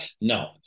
No